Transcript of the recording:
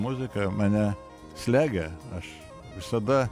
muzika mane slegia aš visada